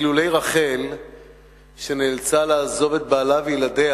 אילולא רחל שנאלצה לעזוב את בעלה וילדיה